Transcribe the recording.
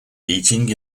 eating